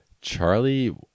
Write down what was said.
charlie